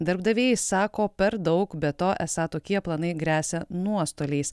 darbdaviai sako per daug be to esą tokie planai gresia nuostoliais